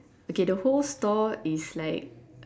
okay the whole store is like